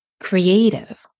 creative